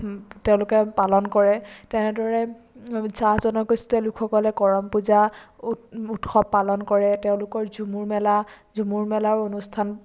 তেওঁলোকে পালন কৰে তেনেদৰে চাহ জনগোষ্ঠীয় লোকসকলে কৰম পূজা উৎ উৎসৱ পালন কৰে তেওঁলোকৰ ঝুমুৰ মেলা ঝুমুৰ মেলাও অনুষ্ঠান